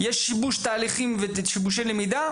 יש שיבוש תהליכים ושיבושי למידה,